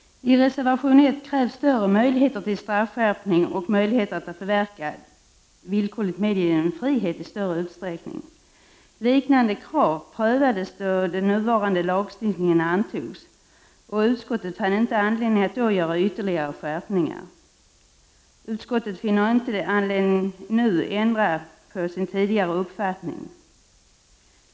I reservation 1 krävs större möjligheter till straffskärpning och möjligheter att förverka villkorligt medgiven frihet i större utsträckning. Liknande krav prövades då den nuvarande lagstiftningen antogs, och utskottet fann inte anledning att då göra ytterligare skärpningar. Utskottet finner inte anledning att nu ändra sin tidigare uppfattning.